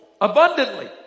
abundantly